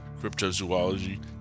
cryptozoology